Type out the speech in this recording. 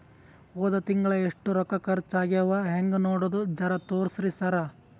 ಹೊದ ತಿಂಗಳ ಎಷ್ಟ ರೊಕ್ಕ ಖರ್ಚಾ ಆಗ್ಯಾವ ಹೆಂಗ ನೋಡದು ಜರಾ ತೋರ್ಸಿ ಸರಾ?